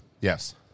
Yes